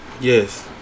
Yes